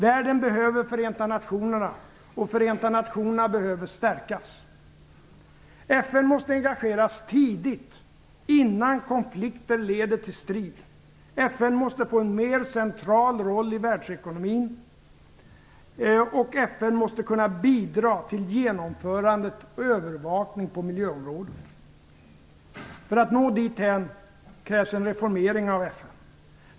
Världen behöver Förenta nationerna - och Förenta nationerna behöver stärkas. FN måste engageras tidigt, innan konflikter leder till strid. FN måste få en mer central roll i världsekonomin. FN måste kunna bidra till genomförande och övervakning på miljöområdet. För att nå dithän krävs en reformering av FN.